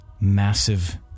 massive